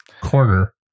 corner